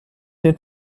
den